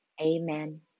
amen